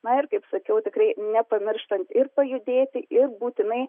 na ir kaip sakiau tikrai nepamirštant ir pajudėti ir būtinai